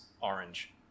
orange